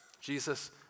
Jesus